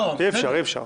אי אפשר.